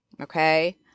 okay